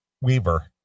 Weaver